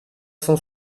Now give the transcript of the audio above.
cent